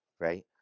Right